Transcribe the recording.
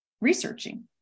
researching